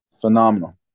Phenomenal